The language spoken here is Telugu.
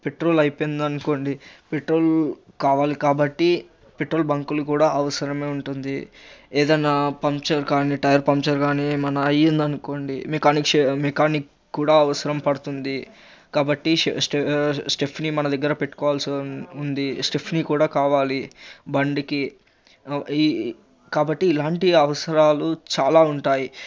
పెట్రోల్ అయిపోయిందనుకోండి పెట్రోల్ కావాలి కాబట్టి పెట్రోల్ బంకులు కూడా అవసరమే ఉంటుంది ఏదైనా పంక్చర్ కానీ టైర్ పంక్చర్ కానీ ఏమైనా అయిందనుకోండి మెకానిక్ షె మెకానిక్ కూడా అవసరం పడుతుంది కాబట్టి స్టేప్నీ మన దగ్గర పెట్టుకోవాల్సి ఉంది స్టెప్నీ కూడా కావాలి బండికి కాబట్టి ఇలాంటి అవసరాలు చాలా ఉంటాయి